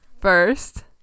first